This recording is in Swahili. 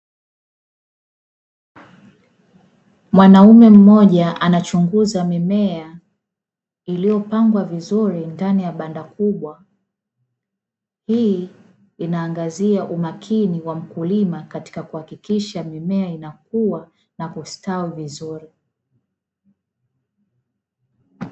Mwanaume mmoja anachunguza mimea iliyopangwa vizuri ndani ya banda kubwa, hii inaangazia umakini wa mkulima katika kuhakikisha mimea inakua na kustawi vizuri.